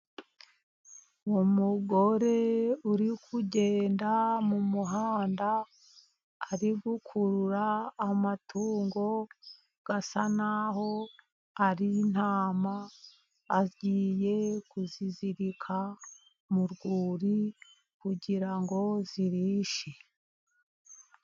Umugore uri kugenda mu muhanda ari gukurura amatungo asa n'aho ari intama. Agiye kuzizirika mu rwuri kugira ngo zirishe.